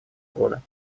года